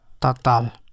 tatal